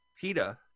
PETA